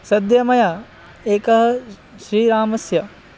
सद्यः मया एकः श्रीरामस्य